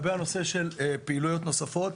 בנושא של פעילויות נוספות,